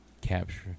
Capture